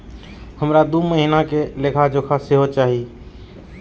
हमरा दूय महीना के लेखा जोखा सेहो चाही